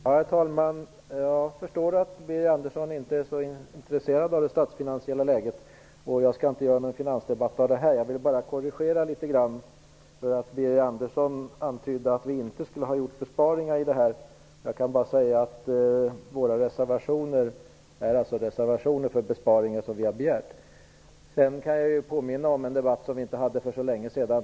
Herr talman! Jag förstår att Birger Andersson inte är så intresserad av det statsfinansiella läget. Jag skall inte göra någon finansdebatt av detta. Jag vill bara göra några korrigeringar. Birger Andersson antydde att vi i Ny demokrati inte skulle ha föreslagit besparingar. Våra reservationer innehåller de besparingar som vi har begärt. Sedan vill jag påminna om en debatt som vi förde för inte så länge sedan.